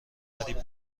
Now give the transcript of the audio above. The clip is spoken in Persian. قریب